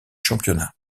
championnat